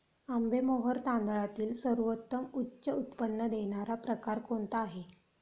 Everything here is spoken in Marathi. आंबेमोहोर तांदळातील सर्वोत्तम उच्च उत्पन्न देणारा प्रकार कोणता आहे?